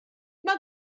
mae